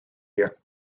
year